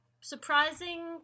surprising